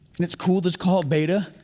and it's cool it's called beta.